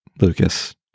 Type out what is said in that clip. Lucas